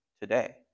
today